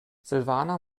silvana